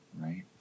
right